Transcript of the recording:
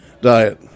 diet